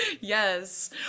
yes